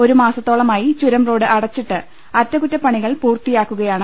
ഒരു മാസത്തോളമായി ചുരം റോഡ് അടച്ചിട്ട് അറ്റ കുറ്റപ്പണികൾ പൂർത്തിയാക്കുകയാണ്